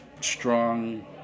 strong